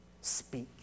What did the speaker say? Speak